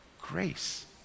Grace